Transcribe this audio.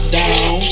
down